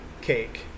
cake